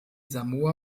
samoa